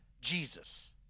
Jesus